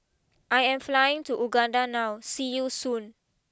I am flying to Uganda now see you Soon